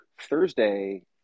Thursday